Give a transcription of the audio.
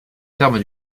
terme